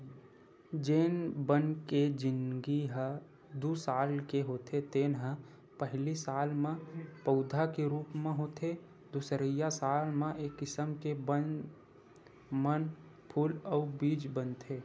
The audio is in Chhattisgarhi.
जेन बन के जिनगी ह दू साल के होथे तेन ह पहिली साल म पउधा के रूप म होथे दुसरइया साल म ए किसम के बन म फूल अउ बीज बनथे